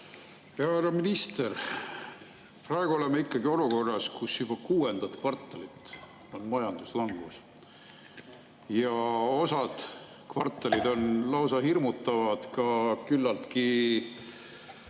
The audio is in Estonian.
Hea härra minister! Praegu oleme ikkagi olukorras, kus juba kuuendat kvartalit on majanduslangus. Osa kvartalitest on lausa hirmutavad ka muidu teie